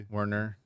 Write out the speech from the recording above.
Warner